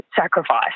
sacrifice